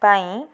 ପାଇଁ